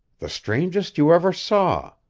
the strangest you ever saw.